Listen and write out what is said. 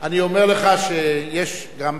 אני אומר לך, אני אומר לך שיש גם פליטים,